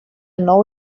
nou